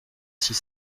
six